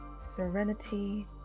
serenity